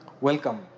welcome